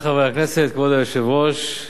כבוד היושב-ראש,